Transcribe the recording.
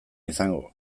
izango